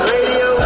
Radio